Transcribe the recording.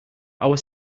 our